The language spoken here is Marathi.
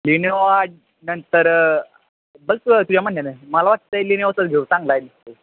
लिनेवा नंतर बघ तर तुझ्या म्हणण्यानं मला वाटतं आहे लिनिओचाच घेऊ चांगला आहे तो